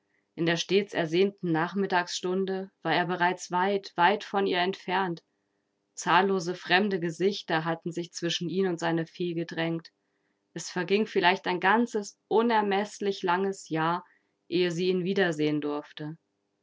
in der stets ersehnten nachmittagsstunde war er bereits weit weit von ihr entfernt zahllose fremde gesichter hatten sich zwischen ihn und seine fee gedrängt es verging vielleicht ein ganzes unermeßlich langes jahr ehe sie ihn wiedersehen durfte